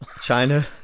china